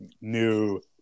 new